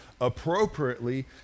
appropriately